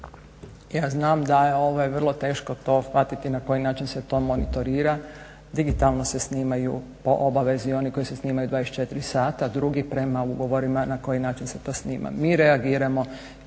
ja znam da je vrlo teško to shvatiti na koji način se to monitorira. Digitalno se snimaju po obavezi oni koji se snimaju 24 sata, drugi prema ugovorima na koji način se to snima. Mi reagiramo